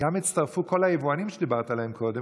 גם הצטרפו כל היבואנים שדיברת עליהם קודם.